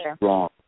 wrong